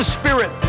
spirit